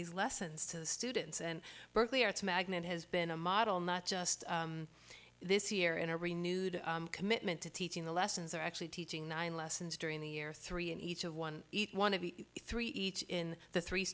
these lessons to the students and berkeley arts magnet has been a model not just this year in a renewed commitment to teaching the lessons are actually teaching nine lessons during the year three in each of one eat one of the three in the three